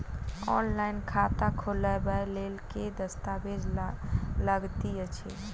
Online खाता खोलबय लेल केँ दस्तावेज लागति अछि?